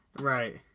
right